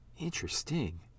Interesting